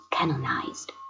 canonized